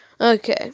Okay